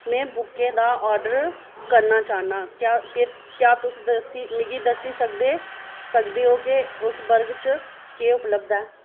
में बुके दा आर्डर करना चाह्न्नां क्या केह् क्या तुस दस्सी मिगी दस्सी सकदे सकदे ओ के उस वर्ग च केह् उपलब्ध ऐ